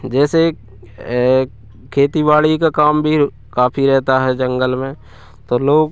जैसे खेती बाड़ी का काम भी काफी रहता है जंगल में तो लोग